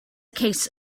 case